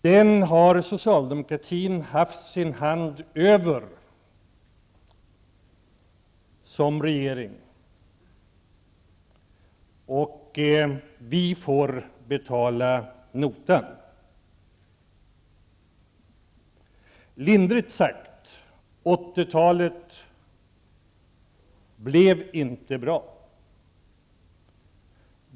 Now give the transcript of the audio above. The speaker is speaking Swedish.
Den socialdemokratiska regeringen har haft detta i sin hand, och vi får betala notan. Lindrigt sagt så blev 80-talet inte bra.